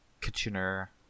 Kitchener